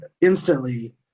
instantly